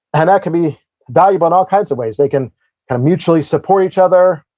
and can be valuable in all kinds of ways they can mutually support each other.